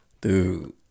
Dude